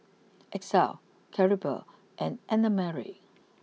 Exie Claribel and Annamarie